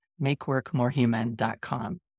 makeworkmorehuman.com